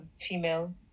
female